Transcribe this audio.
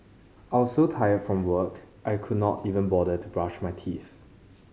I was so tired from work I could not even bother to brush my teeth